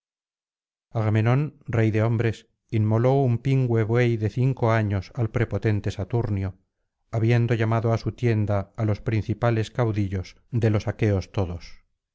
agamenón rey de hombres inmoló un pingüe buey de cinco años al prepotente saturnio habiendo llamado á su tienda á los principales caudillos de los aqueos todos